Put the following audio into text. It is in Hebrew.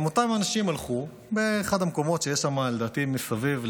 אותם אנשים הלכו לאחד המקומות שיש שם לדעתי מסביב,